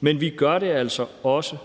men vi gør det altså også